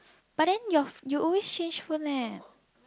but then your you always change phone leh